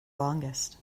longest